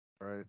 Right